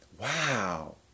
Wow